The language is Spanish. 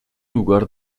lugar